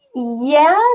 Yes